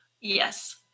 Yes